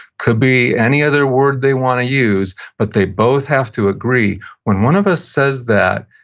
could be any other word they want to use, but they both have to agree when one of ah says that,